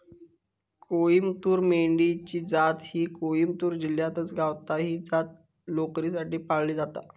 कोईमतूर मेंढी ची जात ही कोईमतूर जिल्ह्यातच गावता, ही जात लोकरीसाठी पाळली जाता